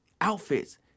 outfits